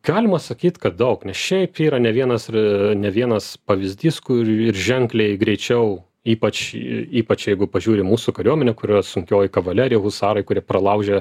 galima sakyt kad daug nes šiaip yra ne vienas ir ne vienas pavyzdys kur ir ženkliai greičiau ypač ypač jeigu pažiūri į mūsų kariuomenę kurioj yra sunkioji kavalerija husarai kurie pralaužia